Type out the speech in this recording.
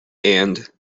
and